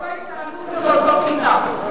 כל ההתנהלות הזאת לא תקינה.